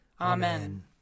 Amen